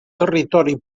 territori